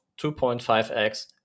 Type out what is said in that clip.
2.5x